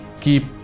keep